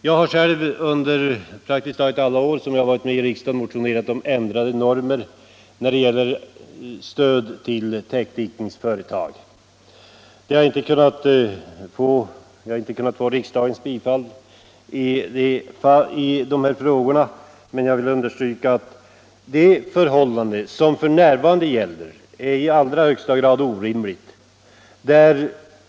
Jag har själv under praktiskt taget alla år som jag har varit med i riksdagen motionerat om ändrade normer för stöd till täckdikningsföretag, men jag har inte fått riksdagen med mig i de frågorna. Nu vill jag kraftigt poängtera att de förutsättningar som gäller i dag är i högsta grad orimliga.